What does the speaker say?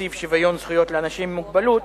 נציב שוויון זכויות לאנשים עם מוגבלות,